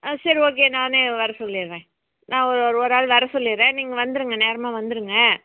ஆ சரி ஓகே நானே வர சொல்லிடுறேன் நான் ஒரு ஆள் வர சொல்லிடுறேன் நீங்கள் வந்திருங்க நேரமாக வந்திருங்க